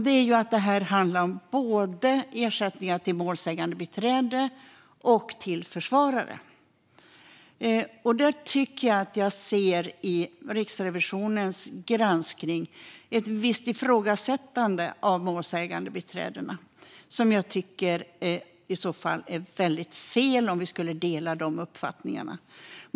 Det gäller att det här handlar om ersättningar till både målsägandebiträde och försvarare. Jag tycker mig i Riksrevisionens granskning se ett visst ifrågasättande av målsägandebiträdena, och jag tycker att det vore väldigt fel om vi skulle dela dessa uppfattningar.